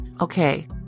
Okay